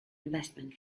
investment